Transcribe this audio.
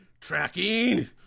Tracking